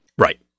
Right